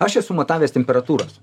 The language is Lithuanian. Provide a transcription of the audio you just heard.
aš esu matavęs temperatūras